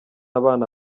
abana